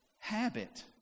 habit